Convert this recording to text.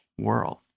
world